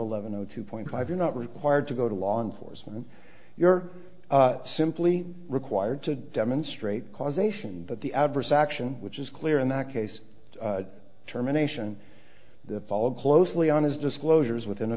eleven o two point five you're not required to go to law enforcement you're simply required to demonstrate causation but the adverse action which is clear in that case terminations the followed closely on his disclosures within a